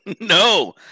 No